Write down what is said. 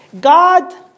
God